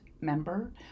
member